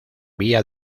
vía